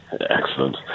Excellent